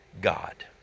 God